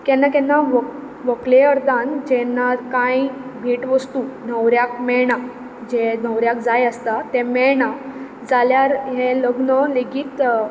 केन्ना केन्ना व्हक व्हकले अर्दान जेन्ना कांय भेटवस्तू न्हवऱ्याक मेळना जें न्हवऱ्याक जाय आसता तें मेळना जाल्यार हें लग्न लेगीत